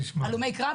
הלומי קרב,